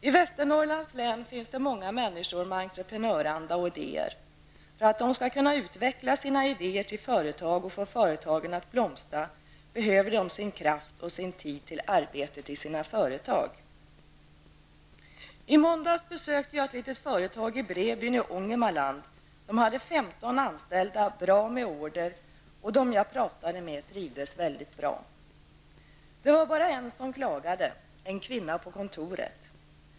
I Västernorrlands län finns många människor med entreprenöranda och idéer. För att de skall kunna utveckla sina idéer till företag och få företagen att blomstra behöver de sin kraft och sin tid till arbete i sina företag. I måndags besökte jag ett litet företag i Bredbyn i Ångermanland. Man hade 15 anställda, bra med order, och dem jag pratade med trivdes fint. Det var bara en som klagade, en kvinna på kontoret.